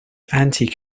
anti